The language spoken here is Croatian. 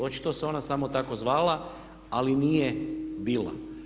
Očito se ona samo tako zvala, ali nije bila.